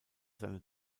seine